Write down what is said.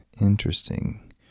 Interesting